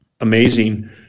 amazing